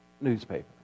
newspaper